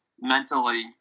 mentally